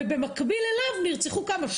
ובמקביל אליו נרצחו כמה?